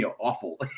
awful